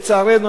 לצערנו,